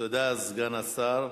תודה, סגן השר.